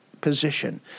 position